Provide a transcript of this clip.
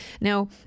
Now